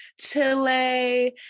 Chile